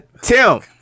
Tim